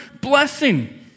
blessing